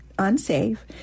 unsafe